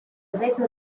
retro